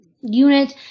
unit